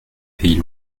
pays